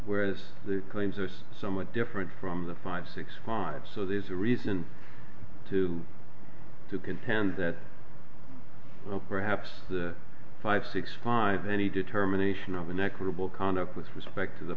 whereas the claims are somewhat different from the five six five so there's a reason to do contend that perhaps the five six five any determination of an equitable conduct with respect to the